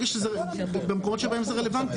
במקומות שבהם זה רלוונטי.